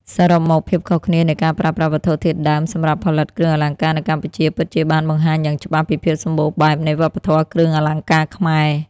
សរុបមក ភាពខុសគ្នានៃការប្រើប្រាស់វត្ថុធាតុដើមសម្រាប់ផលិតគ្រឿងអលង្ការនៅកម្ពុជា ពិតជាបានបង្ហាញយ៉ាងច្បាស់ពីភាពសម្បូរបែបនៃវប្បធម៌គ្រឿងអលង្ការខ្មែរ។